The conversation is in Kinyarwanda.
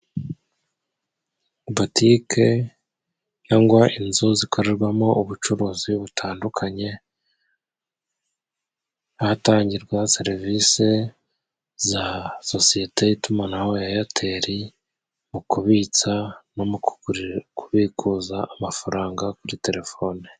Botike cyangwa inzu zikorerwamo ubucuruzi butandukanye, ahatangirwa serivisi za sosiyete y'itumanaho ya eyateli mu kubitsa no mu kubikuza amafaranga kuri telefoni.